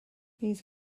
bydd